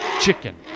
chicken